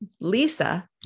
Lisa